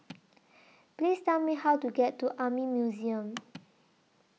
Please Tell Me How to get to Army Museum